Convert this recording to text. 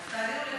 אז תעבירו לחינוך.